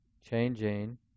changing